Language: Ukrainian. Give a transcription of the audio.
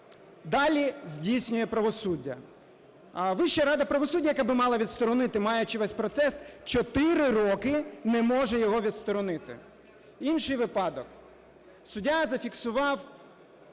далі здійснює правосуддя. Вища рада правосуддя, яка би мала відсторонити, маючи весь процес, 4 роки не може його відсторонити. Інший випадок. Суддя зафіксував